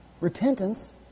Repentance